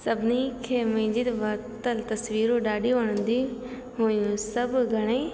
सभिनी खे मुंहिंजी वरितलु तस्वीरूं ॾाढी वणंदी हुयूं सभु घणेई